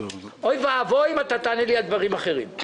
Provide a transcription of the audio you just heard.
אוי ואבוי אם תענה לי על דברים אחרים.